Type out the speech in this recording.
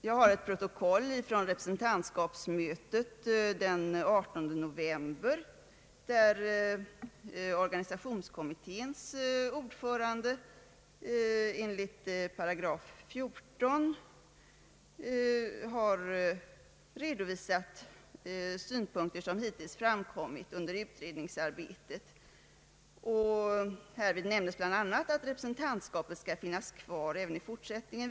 Jag har ett protokoll från representantskapsmötet den 18 november 1969, där organisationskommitténs ordförande enligt § 14 redovisade synpunkter som dittills framkommit under utredningsarbetet. Härvid nämns bl.a. att representantskapet skall finnas kvar även i fortsättningen.